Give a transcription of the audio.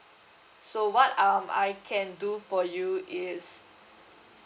so what um I can do for you is